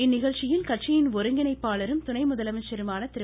இந்நிகழ்ச்சியில் கட்சியின் ஒருங்கிணைப்பாளரும் துணை முதலமைச்சருமான திரு